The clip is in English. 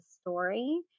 story